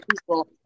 people